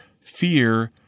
Fear